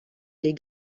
les